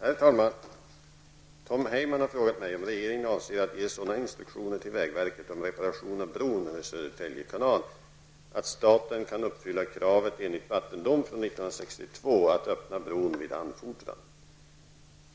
Herr talman! Tom Heyman har frågat mig om regeringen avser att ge sådana instruktioner till vägverket om reparation av bron över Södertälje kanal att staten kan uppfylla kravet enligt vattendom från 1962 att öppna bron vid anfordran.